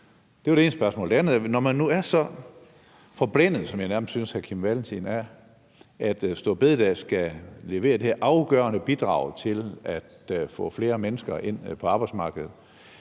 Det var det ene spørgsmål. Det andet er: Når man nu er så forblændet, som jeg nærmest synes hr. Kim Valentin er, at store bededag skal levere det her afgørende bidrag til at få flere mennesker ind på arbejdsmarkedet,